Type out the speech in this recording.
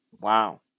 Wow